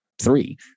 three